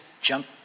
jump